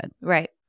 Right